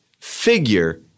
figure